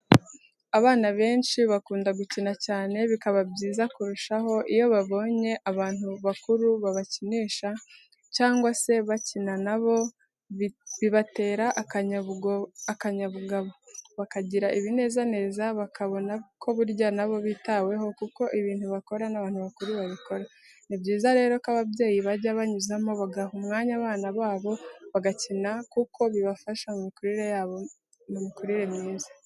Abana benshi bakunda gukina cyane bikaba byiza kurushaho iyo babonye abantu bakuru babakinisha, cyangwa se bakina na bo, bibatera akanyabugabo, bakagira ibinezaneza bakabona ko burya na bo bitaweho kuko ibintu bakora n'abantu bakuru babikora. Ni byiza rero ko ababyeyi bajya banyuzamo bagaha umwanya abana babo bagakina kuko bibafasha mu mikurire myiza.